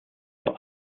zur